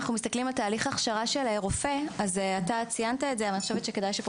לגבי תהליך הכשרה של רופא אתה ציינת את זה אבל כדאי שגם